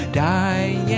die